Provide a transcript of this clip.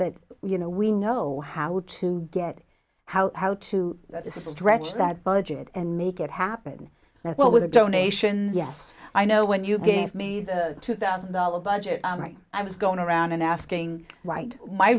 that you know we know how to get how how to stretch that budget and make it happen that's all with a donation yes i know when you gave me the two thousand dollar budget right i was going around and asking right my